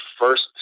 first